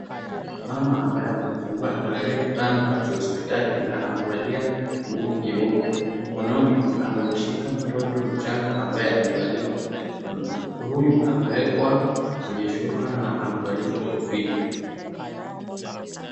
Mama ambaye amejifungua amelalia kitanda cha hospitali na amevalia nguo nyeupe. Mkononi amemshika mtoto mchanga ambaye amezaliwa. Mtoto huyu amewekwa kwenye shuka na amevalishwa kofia.